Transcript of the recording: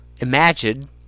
Imagine